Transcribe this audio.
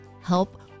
help